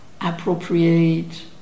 appropriate